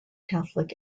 catholic